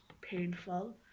painful